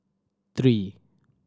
three